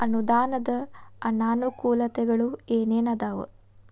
ಅನುದಾನದ್ ಅನಾನುಕೂಲತೆಗಳು ಏನ ಏನ್ ಅದಾವ?